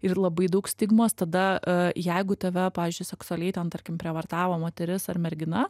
ir labai daug stigmos tada jeigu tave pavyzdžiui seksualiai ten tarkim prievartavo moteris ar mergina